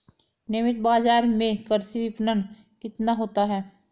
नियमित बाज़ार में कृषि विपणन कितना होता है?